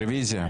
רביזיה.